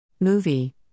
Movie